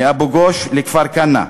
מאבו-גוש לכפר-כנא,